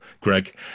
Greg